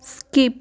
skip